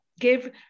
give